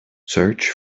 search